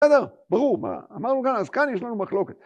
בסדר? ברור מה, אמרנו גם אז כאן יש לנו מחלוקת.